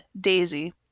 Daisy